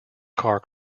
car